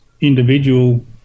individual